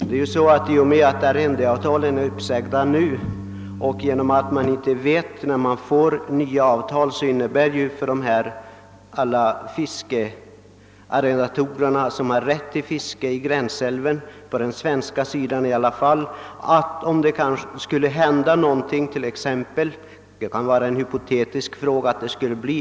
Herr talman! Som jag nämnde har arrendeavtalen sagts upp. Genom att vederbörande fiskearrendatorer som har rättt att fiska i gränsälven på den svenska sidan inte får nya avtal kan de inte erhålla ersättning ifall någonting skulle hända.